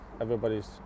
Everybody's